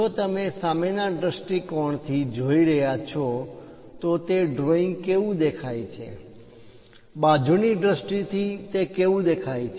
જો તમે સામેના દૃષ્ટિકોણથી frontal view ફ્રન્ટલ વ્યુ જોઈ રહ્યા છો તો તે ડ્રોઇંગ કેવું દેખાય છે બાજુની દ્રષ્ટિથી side views સાઇડ વ્યુ તે કેવું દેખાય છે